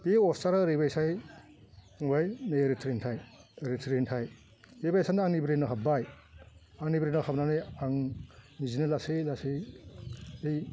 बे अस्टादया ओरैबायसा फंबाय नै ओरै थोरैखाय ओरै थोरैखाय बेबायसानो आंनि ब्रेनआव हाब्बाय आंनि ब्रेनाव हाबनानै आं बिदिनो लासै लासै दै